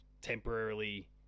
temporarily